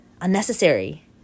unnecessary